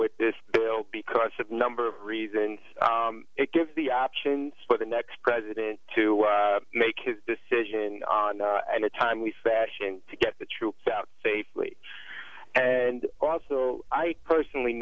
with this bill because a number of reasons it gives the options for the next president to make a decision and a timely fashion to get the troops out safely and also i personally